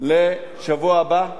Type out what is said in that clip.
לשבוע הבא.